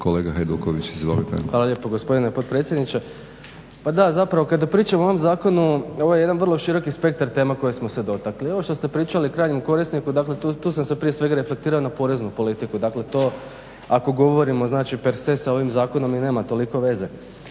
Hvala lijepo gospodine potpredsjedniče. Pa da, zapravo kada pričamo o ovom zakonu ovo je jedan široki spektar tema kojih smo se dotakli. Ovo što ste pričali o krajnjem korisniku dakle tu sam se prije svega reflektirao na poreznu politiku. Dakle, to ako govorimo znači …/Govornik se ne razumije./… sa ovim zakonom i nema toliko veze.